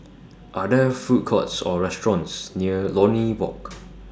Are There Food Courts Or restaurants near Lornie Walk